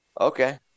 Okay